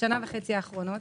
בשנה וחצי האחרונות.